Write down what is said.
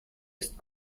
ist